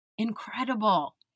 Incredible